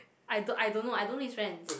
I don't I don't know I don't know his friends